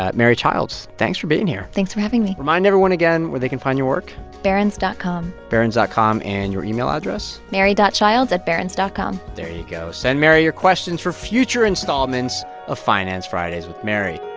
mary childs, thanks for being here thanks for having me remind everyone again where they can find your work barrons dot com barrons dot com. and your email address? mary childs at barrons dot com there you go. send mary your questions for future installments of finance fridays with mary.